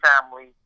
family